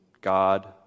God